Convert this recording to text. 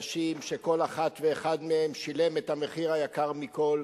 אנשים שכל אחת ואחד מהם שילם את המחיר היקר מכול: